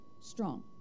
Strong